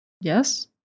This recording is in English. Yes